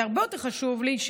זה הרבה יותר חשוב לי,